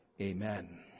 Amen